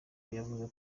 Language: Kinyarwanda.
yavuze